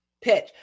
pitch